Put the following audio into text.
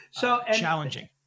challenging